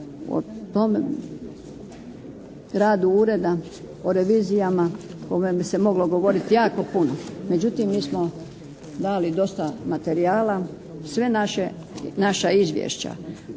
tom radu Ureda o revizijama o kojem bi se moglo govoriti jako puno. Međutim mi smo dali dosta materijala. Sva naša izvješća